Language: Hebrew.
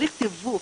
צריך תיווך